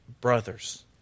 brothers